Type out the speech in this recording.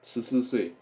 十四岁